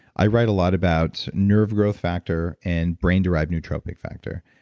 i write a lot about nerve growth factor and brain derived neurotropic factor,